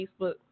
Facebook